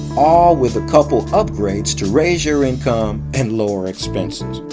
all with a couple upgrades to raise your income and lower expenses.